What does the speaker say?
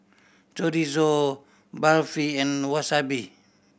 Chorizo Barfi and Wasabi